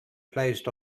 placed